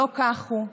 לא כך הוא.